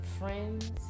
friends